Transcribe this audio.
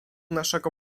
naszego